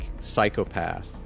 psychopath